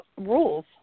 rules